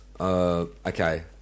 okay